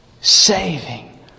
saving